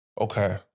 Okay